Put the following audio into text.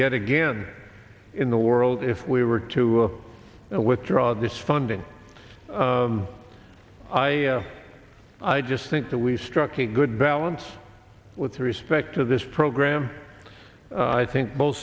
yet again in the world if we were to withdraw this funding i i just think that we struck a good balance with respect to this program i think both